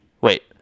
wait